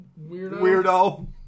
weirdo